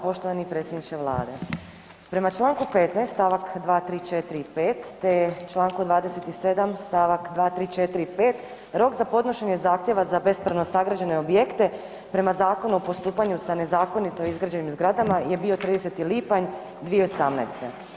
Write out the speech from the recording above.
Poštovani predsjedniče Vlade, prema Članku 15. stavak 2.,3.,4. i 5. te Članku 27. stavak 2.,3.,4. i 5. rok za podnošenje zahtjeva za bespravno sagrađene objekte prema Zakonu o postupanju sa nezakonito izgrađenim zgradama je bio 30. lipanj 2018.